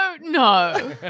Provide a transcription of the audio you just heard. No